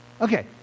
Okay